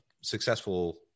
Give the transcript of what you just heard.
successful